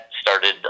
started